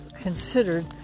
considered